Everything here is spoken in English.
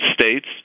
states